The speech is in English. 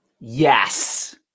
Yes